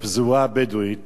בפזורה הבדואית.